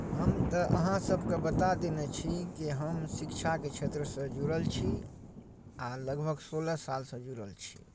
हम तऽ अहाँसभके बता देने छी कि हम शिक्षाके क्षेत्रसँ जुड़ल छी आ लगभग सोलह सालसँ जुड़ल छी